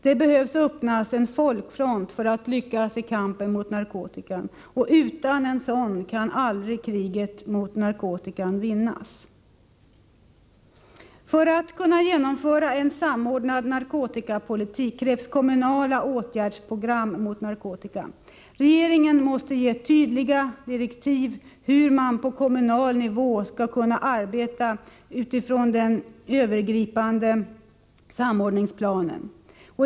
Det behöver öppnas en folkfront för att kampen mot narkotikan skall lyckas. Utan en sådan kan aldrig kriget mot narkotikan vinnas. För att vi skall kunna genomföra en samordnad narkotikapolitik krävs kommunala åtgärdsprogram mot narkotikan. Regeringen måste ge tydliga direktiv för hur man på kommunal nivå skall arbeta utifrån den övergripande samordningsplanen.